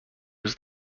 was